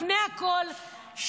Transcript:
לפני הכול,